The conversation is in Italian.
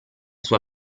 sua